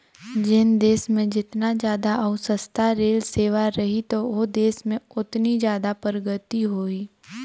जेन देस मे जेतना जादा अउ सस्ता रेल सेवा रही त ओ देस में ओतनी जादा परगति होही